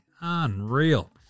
Unreal